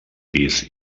pis